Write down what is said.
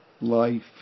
life